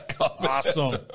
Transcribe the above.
Awesome